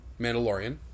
Mandalorian